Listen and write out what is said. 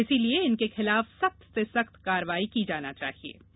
इसलिये इनके खिलाफ सख्त से सख्त कार्यवाही की जाना चाहिये